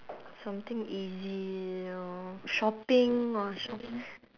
something easy lor shopping !wah! shop~